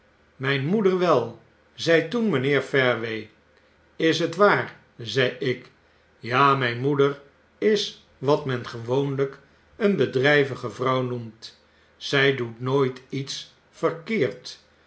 myn moeder wel zei toen mijnheer fareway is het waar zei ik ja myn moeder is wat men gewoonlykeen bedryvige vrouw noemt zy doet nooit iets verkeerd